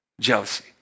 Jealousy